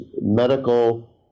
medical